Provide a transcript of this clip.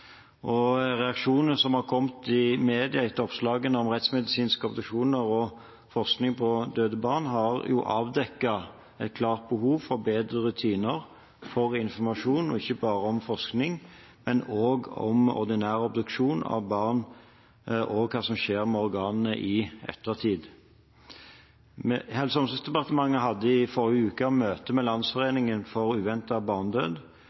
Og reaksjonene som har kommet i mediene etter oppslagene om rettsmedisinske obduksjoner og forskning på døde barn, har avdekket et klart behov for bedre rutiner, for informasjon – ikke bare om forskningen, men også om ordinær obduksjon av barn og hva som skjer med organene i ettertid. Helse- og omsorgsdepartementet hadde i forrige uke møte med